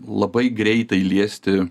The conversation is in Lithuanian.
labai greitai liesti